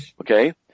Okay